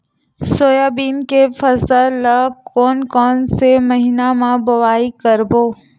Soybean के फसल ल कोन कौन से महीना म बोआई करबो?